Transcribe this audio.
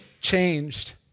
changed